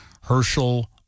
Herschel